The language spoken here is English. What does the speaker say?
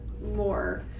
More